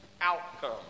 outcome